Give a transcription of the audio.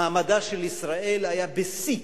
מעמדה של ישראל היה בשיא.